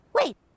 Wait